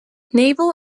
naval